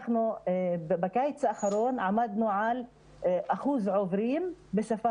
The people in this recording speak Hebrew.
בקיץ האחרון עמדנו על אחוז עוברים בשפה